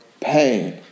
pain